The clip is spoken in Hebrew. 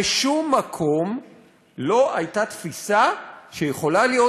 בשום מקום לא הייתה תפיסה שיכולה להיות